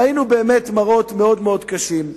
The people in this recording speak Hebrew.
ראינו באמת מראות מאוד-מאוד קשים.